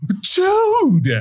Jude